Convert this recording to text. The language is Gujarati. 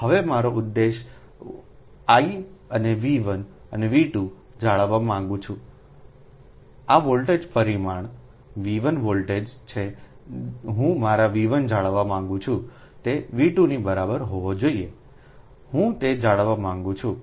હવે મારો ઉદ્દેશ હું આV1અનેV2 જાળવવા માંગું છુંઆ વોલ્ટેજ પરિમાણV1 વોલ્ટેજ છે હું મારુંV1જાળવવા માંગું છુંતે V2 નીબરાબર હોવી જોઈએહું તે જાળવવા માંગું છું